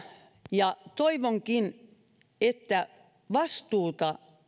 ja toivonkin että vastuuta